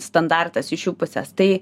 standartas iš jų pusės tai